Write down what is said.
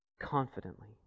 confidently